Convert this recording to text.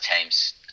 teams